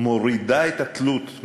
מורידה את התלות,